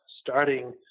starting